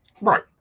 Right